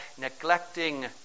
neglecting